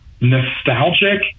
nostalgic